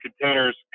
containers